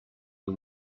you